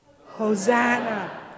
Hosanna